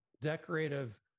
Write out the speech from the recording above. decorative